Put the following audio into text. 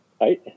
Hi